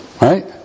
Right